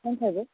କ'ଣ ଖାଇବେ